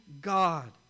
God